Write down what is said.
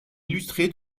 illustré